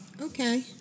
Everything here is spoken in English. Okay